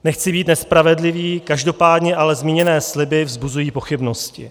Nechci být nespravedlivý, každopádně ale zmíněné sliby vzbuzují pochybnosti.